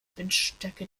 windstärke